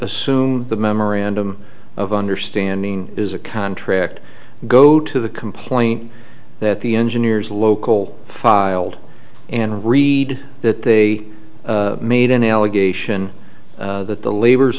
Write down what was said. assume the memorandum of understanding is a contract go to the complaint that the engineers local filed and read that they made an allegation that the labor